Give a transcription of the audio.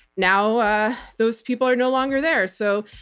now those people are no longer there. so,